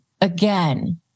again